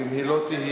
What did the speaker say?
ואם היא לא תהיה,